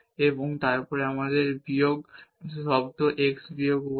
এবং তারপরে আমাদের x বিয়োগ y হবে